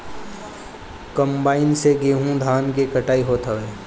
combine से गेंहू धान के कटिया होत हवे